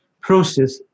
process